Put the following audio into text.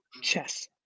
chess